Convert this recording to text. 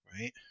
right